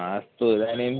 अस्तु इदानीम्